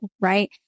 right